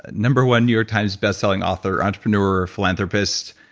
number one new york times best selling author, entrepreneur, philanthropist.